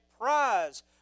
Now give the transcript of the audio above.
prize